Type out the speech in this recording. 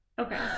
Okay